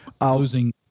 losing